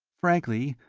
frankly,